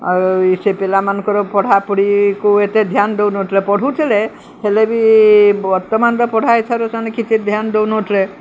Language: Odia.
ଆଉ ସେ ପିଲାମାନଙ୍କର ପଢ଼ାପଢ଼ିକୁ ଏତେ ଧ୍ୟାନ ଦେଉନଥିଲେ ପଢ଼ୁଥିଲେ ହେଲେ ବି ବର୍ତ୍ତମାନର ପଢ଼ା ହିସାବରେ ସେମାନେେ କିଛି ଧ୍ୟାନ ଦେଉନଥିଲେ